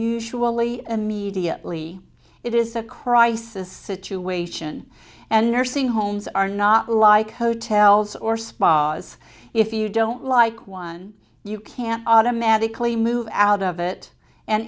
usually immediately it is a crisis situation and nursing homes are not like hotels or spas if you don't like one you can't automatically move out of it and